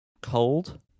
cold